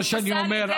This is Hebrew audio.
מה שאני אומר,